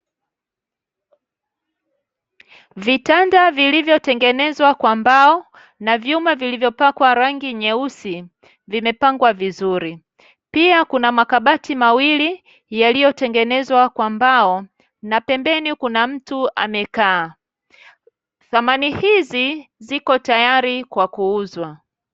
Vitanda vilivyotengenezwa kwa mbao na vyuma vilivyopakwa rangi nyeusi vimepangwa vizuri pia kuna makabati mawili yaliyotengenezwa kwa mbao na pembeni kuna mtu amekaa, thamani hizi ziko tayari kwa kuuzwa.